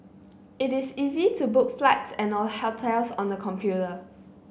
it is easy to book flights and a hotels on the computer